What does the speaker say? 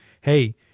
hey